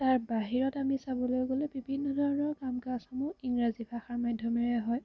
তাৰ বাহিৰত আমি চাবলৈ গ'লে বিভিন্ন ধৰণৰ কাম কাজসমূহ ইংৰাজী ভাষাৰ মাধ্যমেৰে হয়